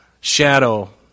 shadow